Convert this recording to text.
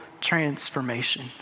transformation